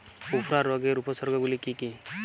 উফরা রোগের উপসর্গগুলি কি কি?